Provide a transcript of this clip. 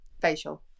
Facial